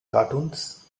cartoons